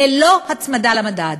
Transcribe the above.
ללא הצמדה למדד.